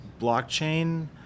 blockchain